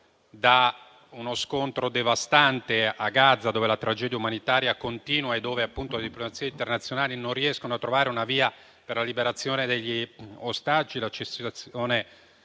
da uno scontro devastante a Gaza, dove la tragedia umanitaria continua e dove, appunto, le diplomazie internazionali non riescono a trovare una via per la liberazione degli ostaggi e la cessazione